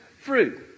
fruit